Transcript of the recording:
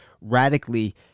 radically